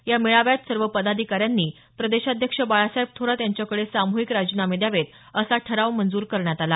या मेळाव्यात सर्व पदाधिकाऱ्यांनी प्रदेशाध्यक्ष बाळासाहेब थोरात यांच्याकडे साम्हिक राजीनामे द्यावेत असा ठराव मंजूर करण्यात आला